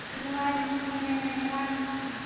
ᱱᱚᱣᱟ ᱢᱟᱱᱮ ᱱᱚᱣᱟ